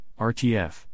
RTF